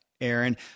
Aaron